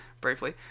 briefly